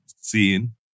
seeing